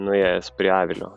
nuėjęs prie avilio